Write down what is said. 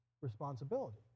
responsibility